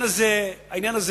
ברמה האישית שום דבר.